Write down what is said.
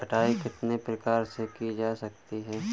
छँटाई कितने प्रकार से की जा सकती है?